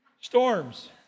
Storms